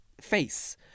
face